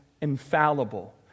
infallible